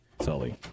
Sully